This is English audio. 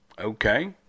Okay